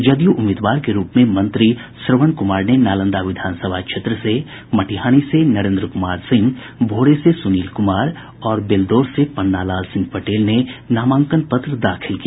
जदयू उम्मीदवार के रूप में मंत्री श्रवण कुमार ने नालंदा विधानसभा क्षेत्र से मटिहानी से नरेन्द्र कुमार सिंह भोरे से सुनील कुमार और बेलदौर से पन्ना लाल सिंह पटेल ने नामांकन पत्र दाखिल किया